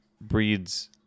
breeds